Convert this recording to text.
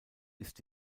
ist